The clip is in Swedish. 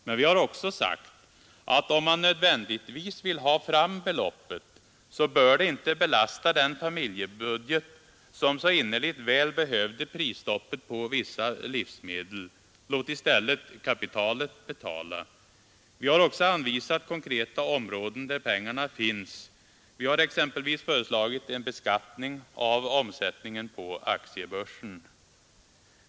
Men vi har också sagt att om man nödvändigtvis vill ha fram beloppet, så bör det inte belasta den familjebudget som så innerligt väl behövde prisstoppet på vissa livsmedel; låt i stället kapitalet betala. Vi har också anvisat konkreta områden där pengarna finns. Vi har exempelvis föreslagit en beskattning av omsättningen på aktiebörsen.